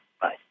Bye